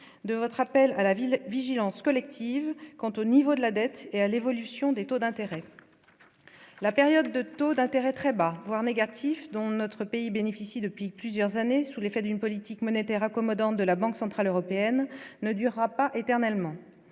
de votre appel à la ville, vigilance collective quant au niveau de la dette et à l'évolution des taux d'intérêt, la période de taux d'intérêt très bas, voire négatifs dont notre pays bénéficient depuis plusieurs années sous l'effet d'une politique monétaire accommodante de la Banque centrale européenne ne durera pas éternellement,